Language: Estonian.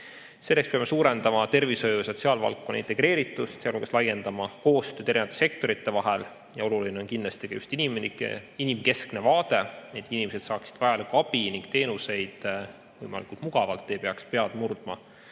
Selleks peame suurendama tervishoiu ja sotsiaalvaldkonna integreeritust, sealhulgas laiendama koostööd erinevate sektorite vahel. Oluline on kindlasti inimkeskne vaade, et inimesed saaksid vajalikku abi ja teenuseid võimalikult mugavalt, nii et ei peaks pead murdma